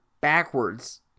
backwards